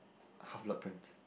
half blood prince